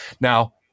Now